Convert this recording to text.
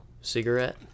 cigarette